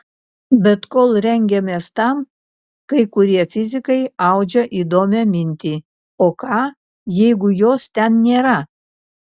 bet kol rengiamės tam kai kurie fizikai audžia įdomią mintį o ką jeigu jos ten nėra